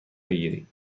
بگیرید